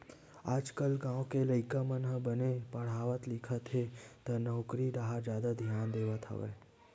आजकाल गाँव के लइका मन ह बने पड़हत लिखत हे त नउकरी डाहर जादा धियान देवत हवय